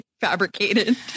fabricated